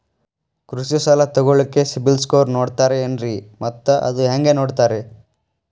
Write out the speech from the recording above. ಕೃಷಿ ಸಾಲ ತಗೋಳಿಕ್ಕೆ ಸಿಬಿಲ್ ಸ್ಕೋರ್ ನೋಡ್ತಾರೆ ಏನ್ರಿ ಮತ್ತ ಅದು ಹೆಂಗೆ ನೋಡ್ತಾರೇ?